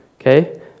okay